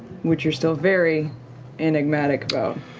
which you're still very enigmatic about.